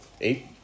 Eight